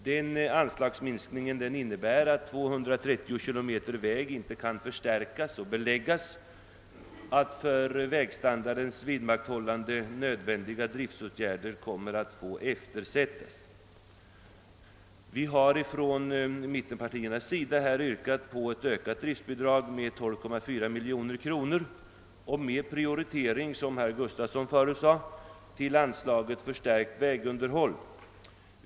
Denna anslagsminskning innebär att 230 km väg inte kan förstärkas och beläggas och att för vägstandardens vidmakthållande nödvändiga driftsåtgärder kommer att eftersättas. Mittenpartierna har yrkat på ökning av driftbidraget med 12,4 miljoner kronor med, som herr Gustafson i Göteborg framhöll, prioritering av anslaget för förstärkt vägunderhåll.